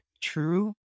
true